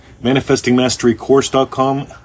manifestingmasterycourse.com